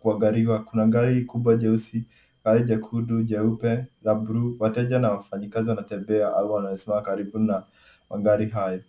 kuangaliwa. Kuna gari kubwa jeusi, pale jekundu, jeupe, la buluu, wateja na wafanyikazi wanatembea au anayesimama karibu na mangari hayo.